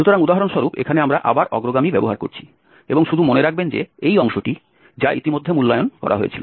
সুতরাং উদাহরণস্বরূপ এখানে আমরা আবার অগ্রগামী ব্যবহার করছি এবং শুধু মনে রাখবেন যে এই অংশটি যা ইতিমধ্যে মূল্যায়ন করা হয়েছিল